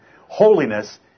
Holiness